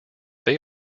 they